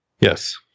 Yes